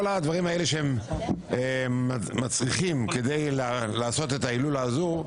כל הדברים האלה שהם מצריכים כדי לעשות את ההילולה הזו,